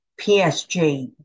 PSG